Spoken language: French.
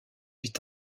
vit